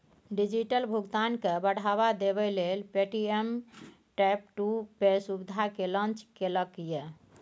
digital भुगतान केँ बढ़ावा देबै लेल पे.टी.एम टैप टू पे सुविधा केँ लॉन्च केलक ये